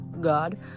God